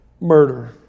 murder